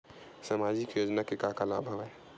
सामाजिक योजना के का का लाभ हवय?